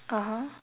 (uh huh)